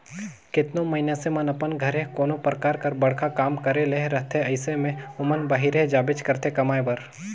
केतनो मइनसे मन अपन घरे कोनो परकार कर बड़खा काम करे ले रहथे अइसे में ओमन बाहिरे जाबेच करथे कमाए बर